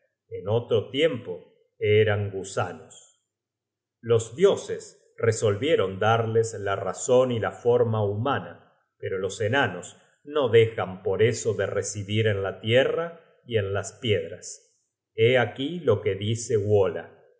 en otro tiempo eran gusanos los dioses resolvieron darles la razon y la forma humana pero los enanos no dejan por eso de residir en la tierra y en las piedras hé aquí lo que dice wola